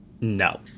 No